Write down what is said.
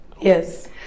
Yes